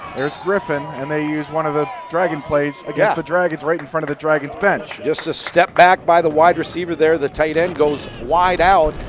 there's griffin and they use one of the dragon plays against the dragons right in front of the dragons bench. just a step back by the wide receiver there the tight end goes wide out,